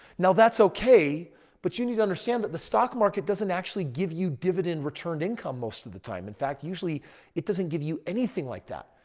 now, that's okay but you need to understand that the stock market doesn't actually give you dividend returned income most of the time. in fact, usually it doesn't give you anything like that.